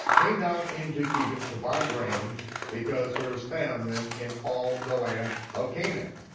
came down into egypt to buy grain because there was famine in all the land of canaan.